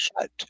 shut